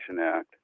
Act